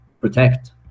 protect